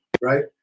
right